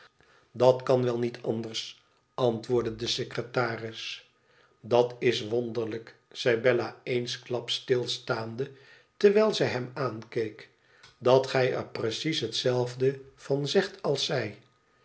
idat kan wel niet anders antwoordde de secretaris dat is wonderlijk zei bella eensklaps stilstaande terwijl zij hem aankeek dat gij er precies hetzelfde van zegt als zij